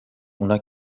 اونا